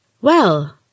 Well